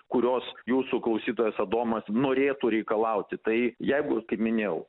kurios jūsų klausytojas adomas norėtų reikalauti tai jeigu kaip minėjau